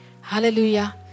Hallelujah